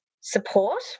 support